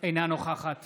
אינה נוכחת